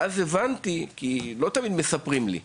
אז הייתי מבין, כי לא תמיד מספרים לי,